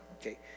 Okay